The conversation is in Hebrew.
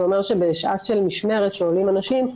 זה אומר שבשעה של משמרת שעולים אנשים,